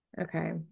Okay